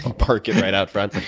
um park it right out front.